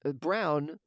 Brown